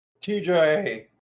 TJ